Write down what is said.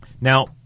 Now